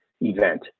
event